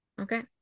Okay